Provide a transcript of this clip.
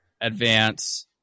advance